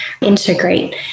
integrate